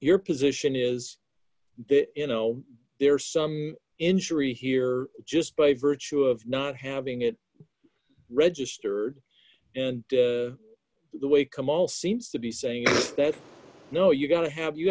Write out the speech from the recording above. your position is you know there's some injury here just by virtue of not having it registered and the way kemal seems to be saying that no you've got to have you